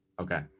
Okay